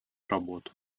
работу